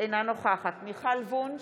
אינה נוכחת מיכל וונש,